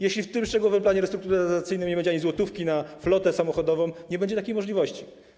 Jeśli w tym szczegółowym planie restrukturyzacyjnym nie będzie ani złotówki na flotę samochodową, nie będzie takiej możliwości.